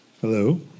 Hello